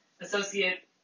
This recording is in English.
associate